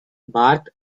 barth